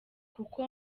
kuko